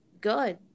good